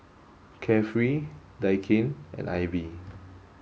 Carefree Daikin and AIBI